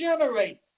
generate